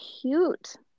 cute